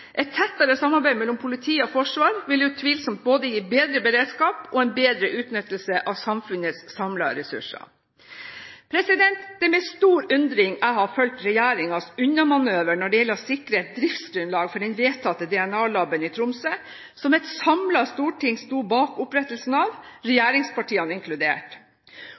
Et tettere samarbeid mellom politi og forsvar vil utvilsomt gi både bedre beredskap og en bedre utnyttelse av samfunnets samlede ressurser. Det er med stor undring jeg har fulgt regjeringens unnamanøver når det gjelder å sikre et driftsgrunnlag for det vedtatte DNA-laboratoriet i Tromsø, som et samlet storting sto bak opprettelsen av, regjeringspartiene inkludert.